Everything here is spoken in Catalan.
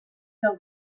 del